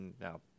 Now